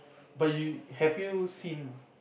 but you have you seen